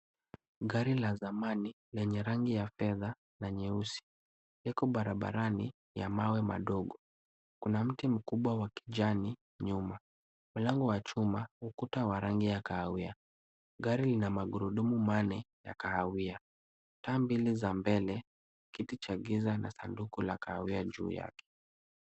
Gari ya thamani yenye rangi ya fedha na nyeusi yako barabarani ya mawe madogo. Kuna mti mkubwa wa kijani nyuma. Mlango wa chuma, ukuta wa rangi ya kahawia. Gari lina marugudumu manne ya kahawia. Taa mbili za mbele kiti cha giza na sanduku la kahawia juu yake.